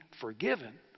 forgiven